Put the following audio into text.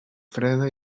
freda